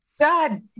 God